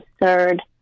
absurd